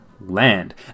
land